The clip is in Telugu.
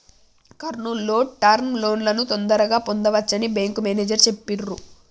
కర్నూల్ లో టర్మ్ లోన్లను తొందరగా పొందవచ్చని బ్యేంకు మేనేజరు చెప్పిర్రు